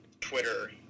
Twitter